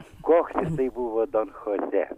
koks jisai buvo don chosė